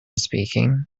speaking